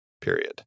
period